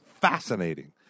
fascinating